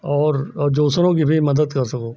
और और दूसरों की भी मदद कर सको